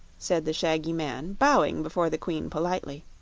said the shaggy man, bowing before the queen politely.